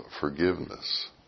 forgiveness